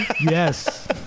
Yes